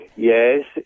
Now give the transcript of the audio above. Yes